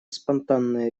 спонтанное